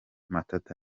mata